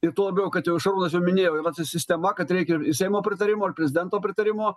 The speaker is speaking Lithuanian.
ir tuo labiau kad jau šarūnas čia minėjo yra su sistema kad reikia seimo pritarimo ar prezidento pritarimo